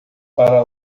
para